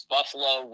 Buffalo